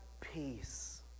peace